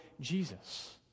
Jesus